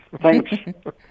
Thanks